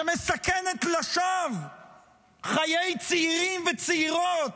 שמסכנת לשווא חיי צעירים וצעירות,